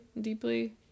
deeply